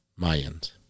Mayans